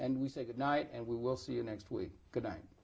and we say good night and we will see you next week goodnight